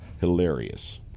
hilarious